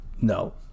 No